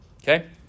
Okay